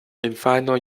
infanoj